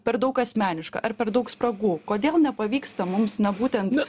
per daug asmeniška ar per daug spragų kodėl nepavyksta mums na būtent